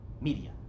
media